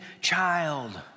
child